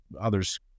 others